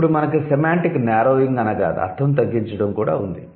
ఇప్పుడు మనకు semantic narrowing అనగా 'అర్ధo తగ్గించడం' కూడా ఉంది